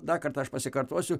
dar kartą aš pasikartosiu